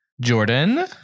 Jordan